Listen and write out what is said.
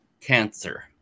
cancer